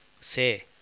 say